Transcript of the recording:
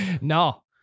No